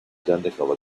identical